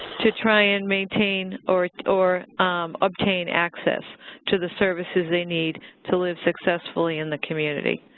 to try and maintain or so or obtain access to the services they need to live successfully in the community.